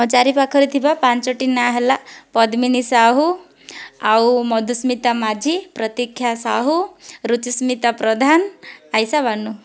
ମୋ' ଚାରି ପାଖରେ ଥିବା ପାଞ୍ଚଟି ନାଁ ହେଲା ପଦ୍ମିନୀ ସାହୁ ଆଉ ମଧୁସ୍ମିତା ମାଝି ପ୍ରତୀକ୍ଷା ସାହୁ ରୁଚିସ୍ମିତା ପ୍ରଧାନ ଆଈଶା ବାନୁ